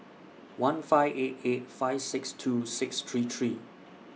one five eight eight five six two six three three